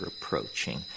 approaching